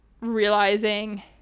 realizing